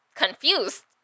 confused